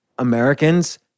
Americans